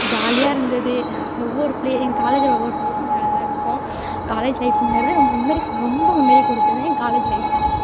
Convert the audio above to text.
ஜாலியாக இருந்தது ஒவ்வொரு எங்கள் காலேஜில் ஒவ்வொரு ப்ளேஸுமே அழகாக இருக்கும் காலேஜ் லைஃபுங்கிறது ரொம்ப மெமரி ஃபுல் ரொம்ப மெமரியை கொடுத்தது எங்கள் காலேஜ் லைஃப் தான்